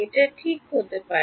এটা ঠিক হতে পারে